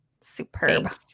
superb